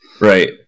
Right